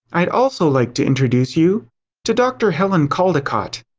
i'd also like to introduce you to dr. helen caldicott.